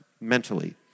mentally